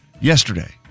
yesterday